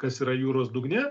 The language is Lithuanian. kas yra jūros dugne